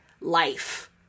Life